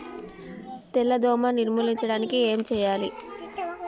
తెల్ల దోమ నిర్ములించడానికి ఏం వాడాలి?